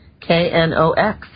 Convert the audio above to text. k-n-o-x